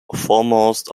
foremost